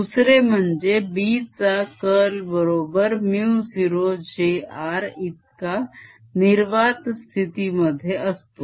दुसरे म्हणजे B चा curl बरोबर μ0 j r इतका निर्वात स्थिती मध्ये असतो